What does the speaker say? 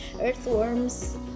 Earthworms